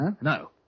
No